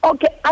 Okay